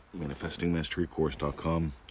Manifestingmasterycourse.com